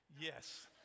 yes